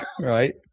Right